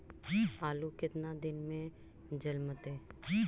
आलू केतना दिन में जलमतइ?